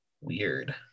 weird